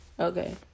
Okay